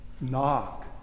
knock